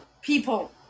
people